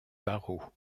barrault